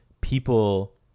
people